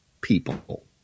people